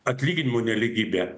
atlyginimų nelygybė